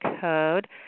code